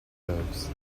curves